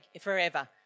forever